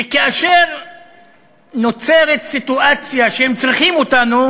וכאשר נוצרת סיטואציה שהם רוצים אותנו,